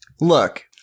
look